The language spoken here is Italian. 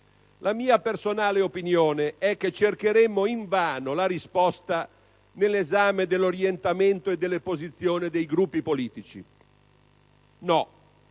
La mia personale opinione è che cercheremmo invano la risposta nell'esame dell'orientamento e delle posizioni dei Gruppi politici. No: